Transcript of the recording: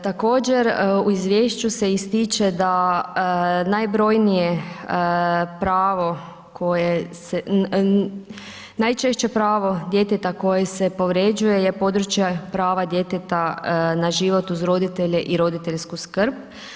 Također u izvješću se ističe da najbrojnije pravo koje se, najčešće pravo djeteta koje se povrjeđuje je područje prava djeteta na život uz roditelje i roditeljsku skrb.